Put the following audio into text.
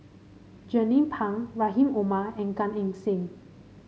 Jernnine Pang Rahim Omar and Gan Eng Seng